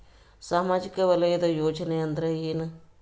ಸಾಮಾಜಿಕ ವಲಯದ ಯೋಜನೆ ಅಂದ್ರ ಏನ?